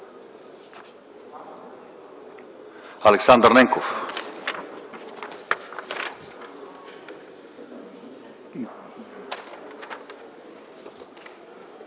Александър Ненков.